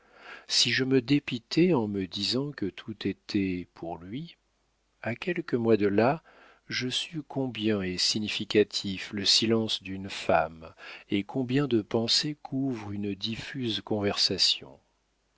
si je me dépitai en me disant que tout était pour lui à quelques mois de là je sus combien est significatif le silence d'une femme et combien de pensées couvre une diffuse conversation